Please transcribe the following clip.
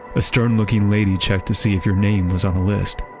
a stern-looking lady checked to see if your name was on the list,